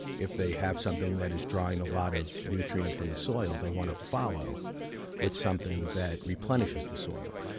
if they have something that is drawing a lot of nutrient from the soil, they want to follow with something that replenishes the soil.